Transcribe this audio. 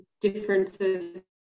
differences